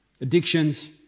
addictions